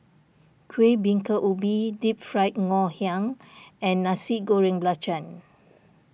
Kueh Bingka Ubi Deep Fried Ngoh Hiang and Nasi Goreng Belacan